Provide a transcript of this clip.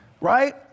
right